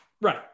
right